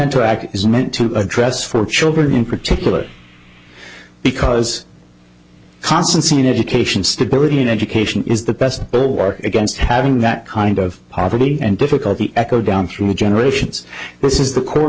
to act is meant to address for children in particular because constantine education stability and education is the best war against having that kind of poverty and difficulty echo down through generations this is the core